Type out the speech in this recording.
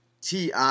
ti